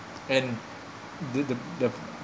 and the the the